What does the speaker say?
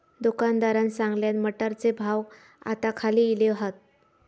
दुकानदारान सांगल्यान, मटारचे भाव आता खाली इले हात